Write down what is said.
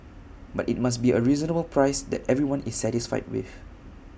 but IT must be A reasonable price that everyone is satisfied with